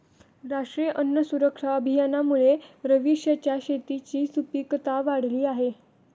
राष्ट्रीय अन्न सुरक्षा अभियानामुळे रवीशच्या शेताची सुपीकता वाढली आहे